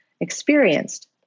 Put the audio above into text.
experienced